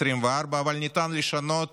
אבל ניתן לשנות